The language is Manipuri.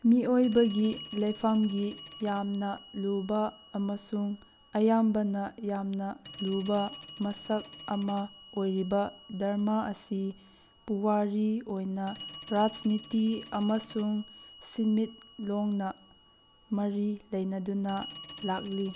ꯃꯤꯑꯣꯏꯕꯒꯤ ꯂꯥꯏꯐꯝꯒꯤ ꯌꯥꯝꯅ ꯂꯨꯕ ꯑꯃꯁꯨꯡ ꯑꯌꯥꯝꯕꯅ ꯌꯥꯝꯅ ꯂꯨꯕ ꯃꯁꯛ ꯑꯃ ꯑꯣꯏꯔꯤꯕ ꯙꯔꯃ ꯑꯁꯤ ꯄꯨꯋꯥꯔꯤ ꯑꯣꯏꯅ ꯔꯥꯖꯅꯤꯇꯤ ꯑꯃꯁꯨꯡ ꯁꯦꯟꯃꯤꯠꯂꯣꯟꯅ ꯃꯔꯤ ꯂꯩꯅꯗꯨꯅ ꯂꯥꯛꯂꯤ